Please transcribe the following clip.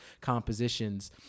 compositions